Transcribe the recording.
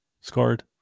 scored